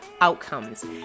outcomes